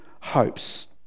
hopes